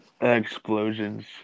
Explosions